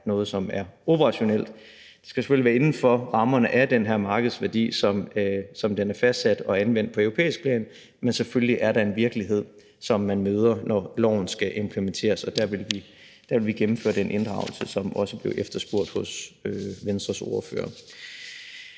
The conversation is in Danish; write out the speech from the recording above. noget, som er operationelt. Det skal selvfølgelig være inden for rammerne af den her markedsværdi, som den er fastsat og anvendt på europæisk plan, men selvfølgelig er der en virkelighed, som man møder, når loven skal implementeres. Og der vil vi gennemføre den inddragelse, som også blev efterspurgt af Venstres ordfører.